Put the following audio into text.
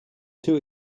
too